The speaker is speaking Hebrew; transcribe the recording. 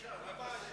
אבל הסעיף